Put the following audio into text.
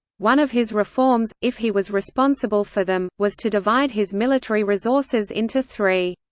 one of his reforms, if he was responsible for them, was to divide his military resources into three.